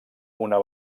una